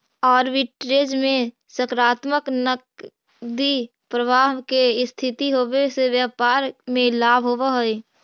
arbitrage में सकारात्मक नकदी प्रवाह के स्थिति होवे से व्यापार में लाभ होवऽ हई